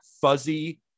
Fuzzy